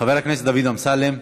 חבר הכנסת דוד אמסלם,